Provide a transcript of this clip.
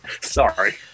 Sorry